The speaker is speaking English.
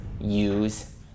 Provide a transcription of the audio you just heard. use